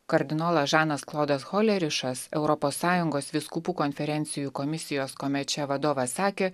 kardinolą žanas klodas holerišas europos sąjungos vyskupų konferencijų komisijos komeče vadovas sakė